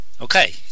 Okay